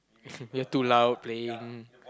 we're too loud playing